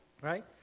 Right